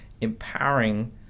empowering